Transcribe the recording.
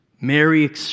Mary